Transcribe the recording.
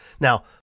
Now